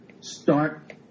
start